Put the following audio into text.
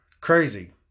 Crazy